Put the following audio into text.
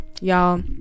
y'all